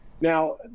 Now